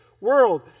world